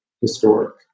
historic